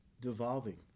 devolving